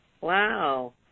Wow